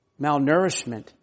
malnourishment